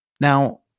Now